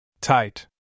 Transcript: tight